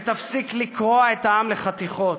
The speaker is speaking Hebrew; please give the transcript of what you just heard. ותפסיק לקרוע את העם לחתיכות.